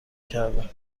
کردن